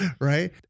Right